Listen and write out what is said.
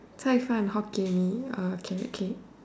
Cai fan Hokkien Mee uh carrot cake